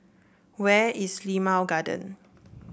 where is Limau Garden